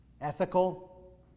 ethical